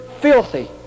filthy